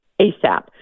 ASAP